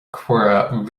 cuireadh